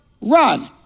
Run